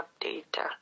data